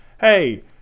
hey